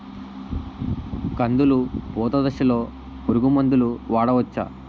కందులు పూత దశలో పురుగు మందులు వాడవచ్చా?